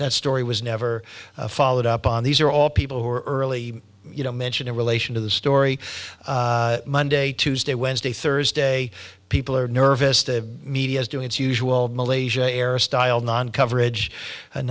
that story was never followed up on these are all people who are early you know mentioned in relation to the story monday tuesday wednesday thursday people are nervous to media is doing its usual malaysia air style non coverage and